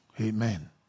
Amen